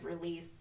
release